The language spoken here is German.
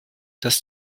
dass